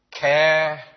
care